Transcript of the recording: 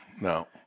No